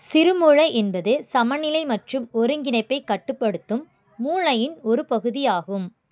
சிறுமூளை என்பது சமநிலை மற்றும் ஒருங்கிணைப்பைக் கட்டுப்படுத்தும் மூளையின் ஒரு பகுதியாகும்